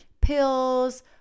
pills